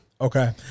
okay